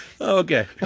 Okay